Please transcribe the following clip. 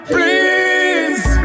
Please